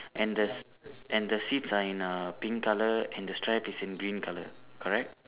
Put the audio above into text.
and the s~ and the seats are in uh pink colour and the strap is in green colour correct